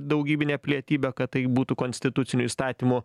daugybinę pilietybę kad tai būtų konstituciniu įstatymu